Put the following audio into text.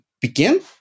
begin